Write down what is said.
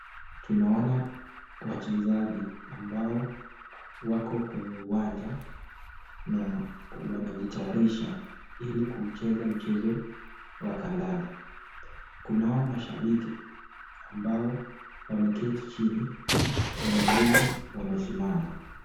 Tunaona wachezaji ambao wako kwenye uwanja na wanajitayarisha ili kucheza mchezo wa kandanda. Kunao mashabiki ambao wameketi chini na wengine wamesimama.